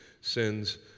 sins